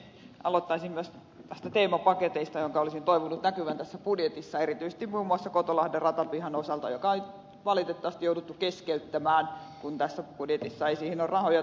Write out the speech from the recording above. aloittaisin myös näistä teemapaketeista joiden olisin toivonut näkyvän tässä budjetissa erityisesti muun muassa kotolahden ratapihan hankkeen osalta joka on valitettavasti jouduttu keskeyttämään kun tässä budjetissa ei siihen ole rahoja tullut